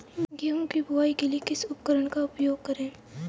गेहूँ की बुवाई के लिए किस उपकरण का उपयोग करें?